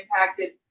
impacted